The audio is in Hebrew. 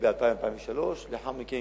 ב-2000 2003. לאחר מכן,